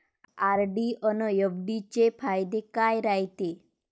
RD अन FD चे फायदे काय रायते?